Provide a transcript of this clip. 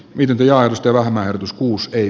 ydintä ja ystävä määrityskkuus ei